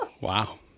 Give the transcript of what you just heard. Wow